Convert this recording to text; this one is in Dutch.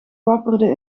wapperde